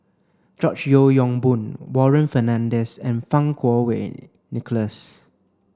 George Yeo Yong Boon Warren Fernandez and Fang Kuo Wei Nicholas